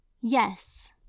Yes